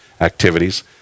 activities